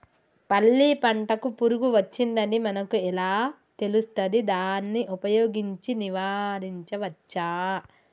పల్లి పంటకు పురుగు వచ్చిందని మనకు ఎలా తెలుస్తది దాన్ని ఉపయోగించి నివారించవచ్చా?